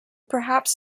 perhaps